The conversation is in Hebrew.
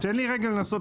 (היו"ר אליהו ברוכי,